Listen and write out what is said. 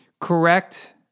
Correct